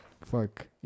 Fuck